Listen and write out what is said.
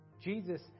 Jesus